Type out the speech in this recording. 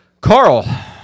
Carl